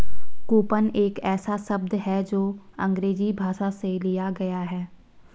coupon एक ऐसा शब्द है जो अंग्रेजी भाषा से लिया गया है